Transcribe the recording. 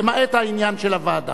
למעט העניין של הוועדה.